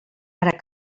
ara